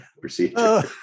procedure